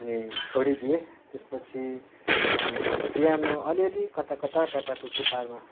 अनि छोडिदिएँ त्यसपछि पियानो अलिअलि कताकता ट्याकट्याक टुकटुक पार्न